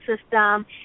system